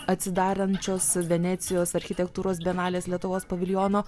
atsidarančios venecijos architektūros bienalės lietuvos paviljono